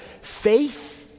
faith